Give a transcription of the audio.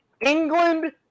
England